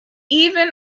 even